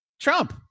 Trump